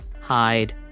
hide